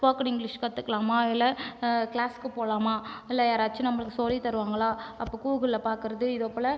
spoken English கற்றுக்கலமா இல்லை கிளாஸ்க்கு போகலாமா இல்லை யாராச்சும் நம்பளுக்கு சொல்லி தருவாங்களா அப்போ கூகிளில் பார்க்குறது இதை போல்